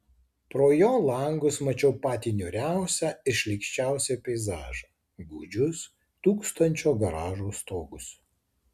pro jo langus mačiau patį niūriausią ir šlykščiausią peizažą gūdžius tūkstančio garažų stogus